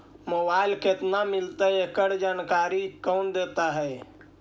Loan केत्ना मिलतई एकड़ जानकारी कौन देता है?